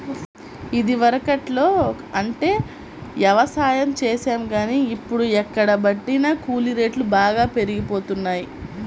ఇదివరకట్లో అంటే యవసాయం చేశాం గానీ, ఇప్పుడు ఎక్కడబట్టినా కూలీ రేట్లు బాగా పెరిగిపోతన్నయ్